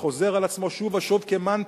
החוזר על עצמו שוב ושוב כמנטרה,